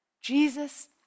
Jesus